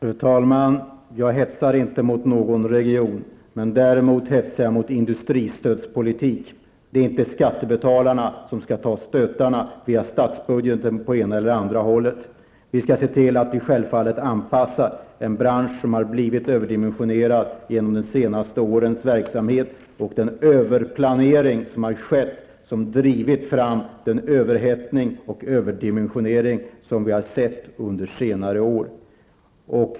Fru talman! Jag hetsar inte mot någon region, men däremot hetsar jag mot industristödspolitik. Det är inte skattebetalarna som skall ta stötarna via statsbudgeten på det ena eller andra hållet. Vi skall självfallet se till att anpassa en bransch som har blivit överdimensionerad genom de senaste årens verksamhet. Den överplanering som har skett har drivit fram överhettning och överdimensionering under senare år.